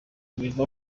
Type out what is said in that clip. biva